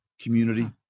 Community